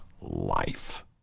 life